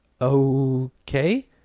Okay